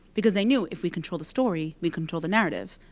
because they knew, if we control the story, we control the narrative.